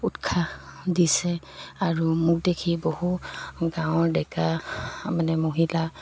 উৎসাহ দিছে আৰু মোক দেখি বহু গাঁৱৰ ডেকা মানে মহিলা